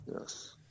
Yes